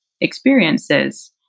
experiences